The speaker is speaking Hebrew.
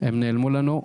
הם נעלמו לנו,